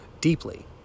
deeply